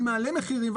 אני מעלה מחירים.